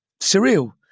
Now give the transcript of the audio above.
surreal